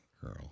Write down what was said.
girl